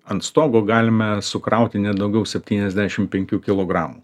ant stogo galime sukrauti ne daugiau septyniasdešimt penkių kilogramų